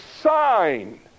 sign